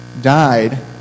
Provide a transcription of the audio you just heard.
died